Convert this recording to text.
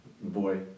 boy